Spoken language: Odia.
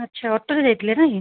ଆଚ୍ଛା ଅଟୋରେ ଯାଇଥିଲେ ନାହିଁ